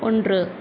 ஒன்று